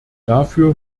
dafür